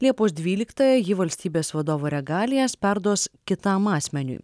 liepos dvyliktąją ji valstybės vadovo regalijas perduos kitam asmeniui